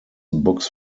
books